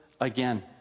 again